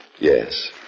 Yes